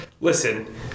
Listen